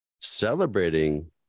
celebrating